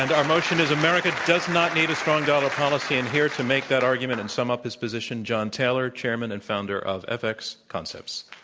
and our motion is america does not need a strong dollar policy, and here to make that argument and sum up his position, john taylor, chairman and founder of fx concepts.